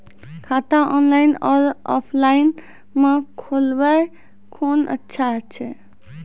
खाता ऑनलाइन और ऑफलाइन म खोलवाय कुन अच्छा छै?